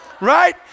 Right